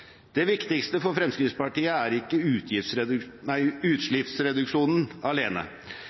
Det viktigste for Fremskrittspartiet er ikke utslippsreduksjonen alene,